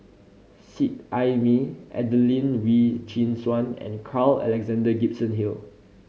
Seet Ai Mee Adelene Wee Chin Suan and Carl Alexander Gibson Hill